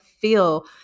feel